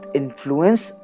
influence